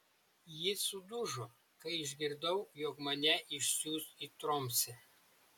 ji sudužo kai išgirdau jog mane išsiųs į tromsę